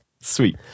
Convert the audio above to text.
Sweet